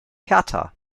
hertha